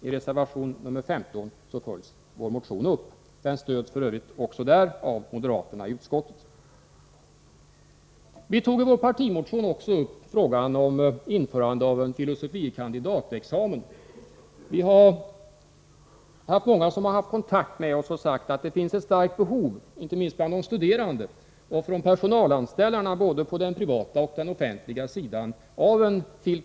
I reservation 15 följs vår motion upp. Den stöds f. ö. också av moderaterna i utskottet. Vi tog i vår partimotion också upp frågan om införande av en filosofie kandidatexamen. Vi har haft många kontakter med människor som sagt att det finns ett stort behov, inte minst bland de studerande och bland personalanställarna på både den privata och den offentliga arbetsmarknaden, av en fil.